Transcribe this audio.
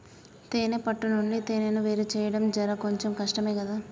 తేనే పట్టు నుండి తేనెను వేరుచేయడం జర కొంచెం కష్టమే గదా